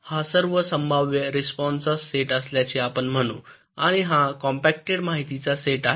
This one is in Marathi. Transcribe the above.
हा सर्व संभाव्य रिस्पॉन्सांचा सेट असल्याचे आपण म्हणू आणि हा कॉम्पॅक्टड माहितीचा सेट आहे